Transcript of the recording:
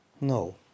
No